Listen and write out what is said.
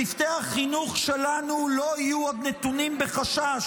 צוותי החינוך שלנו לא יהיו עוד נתונים בחשש